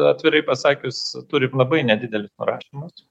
atvirai pasakius turim labai nedidelius nurašymus